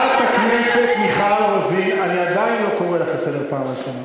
על גינוי לארגוני טרור.